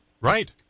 right